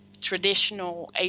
traditional